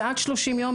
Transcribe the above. זה עד 30 יום,